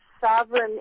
sovereign